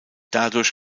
dadurch